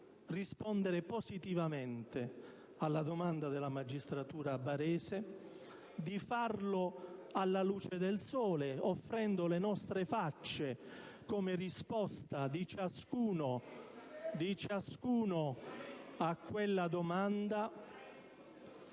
rispondere positivamente alla domanda della magistratura barese, di farlo alla luce del sole, offrendo le nostre facce come risposta di ciascuno a quella domanda.